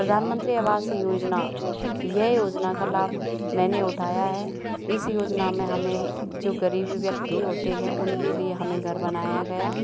प्रधानमंत्री आवास योजना यह योजना का लाभ मैंने उठाया है इस योजना मे हमें जो गरीब व्यक्ति होते है उनके लिए हमें घर बनाया गया